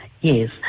Yes